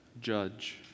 judge